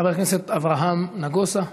חבר הכנסת אברהם נגוסה,